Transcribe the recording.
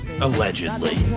allegedly